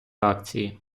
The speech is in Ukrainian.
акції